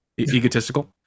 egotistical